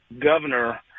governor